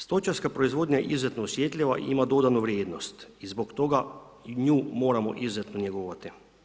Stočarska proizvodnja je izuzetno osjetljiva i ima dodanu vrijednost i zbog toga nju moramo izuzetno njegovati.